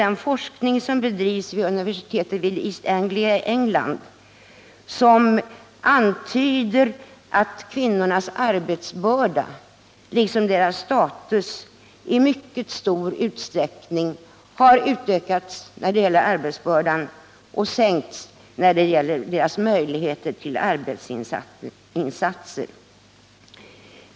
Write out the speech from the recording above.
Den forskning som bedrivs vid universitetet i East Anglia i England visar att kvinnornas arbetsbörda, liksom deras status, i mycket stor utsträckning har ökats, medan möjligheterna till verkliga arbetsinsatser har minskat.